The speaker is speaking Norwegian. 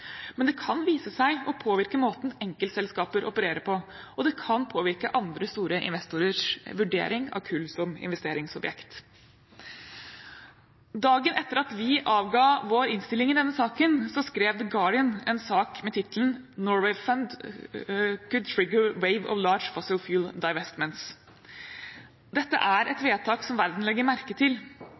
men det kan vise seg å påvirke måten enkeltselskaper opererer på, og det kan påvirke andre store investorers vurdering av kull som investeringsobjekt. Dagen etter at vi avga vår innstilling i denne saken, skrev The Guardian en sak med tittelen: «Norway fund could trigger wave of large fossil fuel divestments». Dette er et vedtak som verden legger merke til.